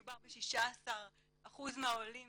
מדובר ב-16% מהעולים